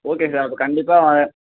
okay sir அப்போ கண்டிப்பாக